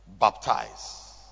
Baptize